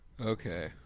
Okay